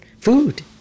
Food